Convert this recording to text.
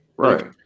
Right